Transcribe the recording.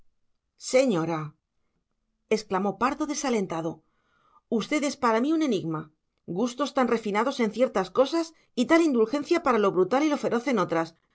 señora exclamó pardo desalentado usted es para mí un enigma gustos tan refinados en ciertas cosas y tal indulgencia para lo brutal y lo feroz en otras